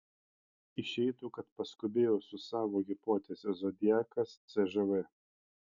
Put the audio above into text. išeitų kad paskubėjau su savo hipoteze zodiakas cžv